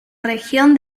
región